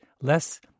less